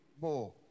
more